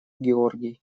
георгий